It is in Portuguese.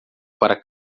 para